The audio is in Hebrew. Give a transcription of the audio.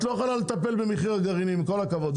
את לא יכולה לטפל במחיר הגרעינים עם כל הכבוד,